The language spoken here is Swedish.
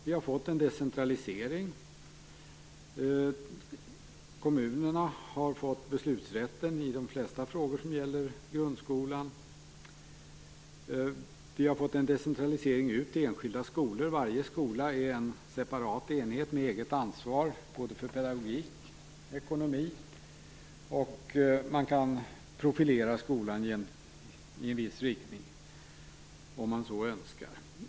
Vi har fått en decentralisering. Kommunerna har fått beslutsrätten i de flesta frågor som gäller grundskolor. Vi har fått en decentralisering så att varje skola är en separat enhet med eget ansvar för både pedagogik och ekonomi. Man kan profilera skolan i en viss riktning om man så önskar.